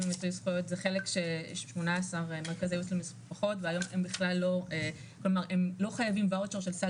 זה חלק של 18 מרכזי סיוע למשפחות והיום הם לא חייבים וואצ'ר של סל